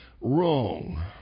Wrong